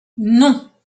non